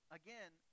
again